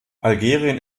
algerien